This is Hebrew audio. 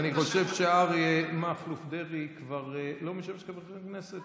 אני חושב שאריה מכלוף דרעי כבר לא משמש חבר כנסת,